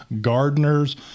gardeners